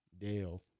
Dale